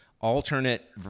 alternate